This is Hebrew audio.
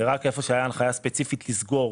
ורק היכן שהייתה הנחיה ספציפית לסגור,